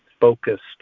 focused